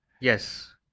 Yes